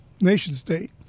nation-state